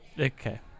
Okay